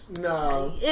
No